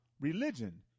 religion